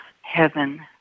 heaven